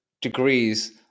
degrees